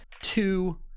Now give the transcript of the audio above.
Two